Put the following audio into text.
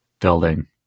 building